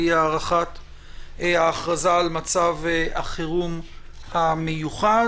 והיא הארכת ההכרזה על מצב החירום המיוחד,